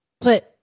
put